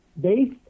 based